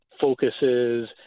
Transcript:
focuses